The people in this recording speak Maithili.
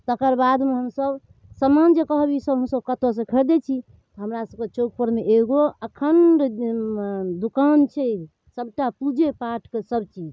तकर बादमे हमसभ समान जे कहब ईसब हमसभ कतऽसँ खरिदै छी तऽ हमरासभके चौकपरमे एगो अखण्ड दोकान छै सबटा पूजेपाठके सबचीज